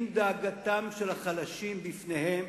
אם דאגתם של החלשים לפניהם,